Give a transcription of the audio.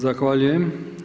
Zahvaljujem.